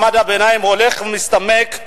ומעמד הביניים הולך ומצטמק.